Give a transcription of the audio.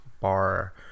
bar